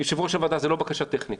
יושב-ראש הוועדה, זאת לא בקשה טכנית.